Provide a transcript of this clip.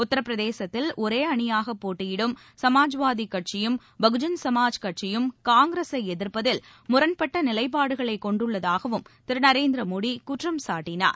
உத்தரப்பிரதேசத்தில் ஒரே அளியாகப் போட்டியிடும் சமாஜ்வாதிக் கட்சியும் பகுஜன் சமாஜ் கட்சியும் காங்கிரஸை எதிர்ப்பதில் முரண்பட்ட நிலைப்பாடுகளை கொண்டுள்ளதாகவும் திரு நரேந்திர மோடி குற்றம் சாட்டினார்